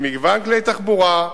במגוון כלי-תחבורה,